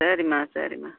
சரிம்மா சரிம்மா